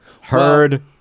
heard